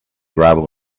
gravel